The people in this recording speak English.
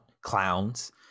clowns